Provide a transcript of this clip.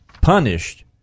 punished